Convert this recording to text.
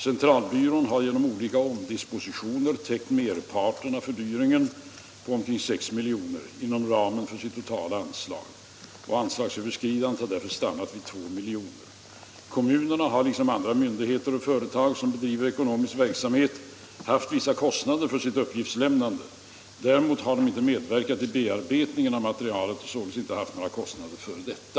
Centralbyrån har genom olika omdispositioner täckt merparten av fördyringen på omkring 6 milj.kr. inom ramen för sitt totala anslag. Anslagsöverskridandet har därför stannat vid 2 milj.kr. Kommunerna har liksom andra myndigheter och företag som bedriver ekonomisk verksamhet haft vissa kostnader för sitt uppgiftslämnande. Däremot har de inte medverkat i bearbetningen av materialet och således inte haft några kostnader för detta.